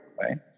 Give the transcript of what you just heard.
right